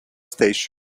station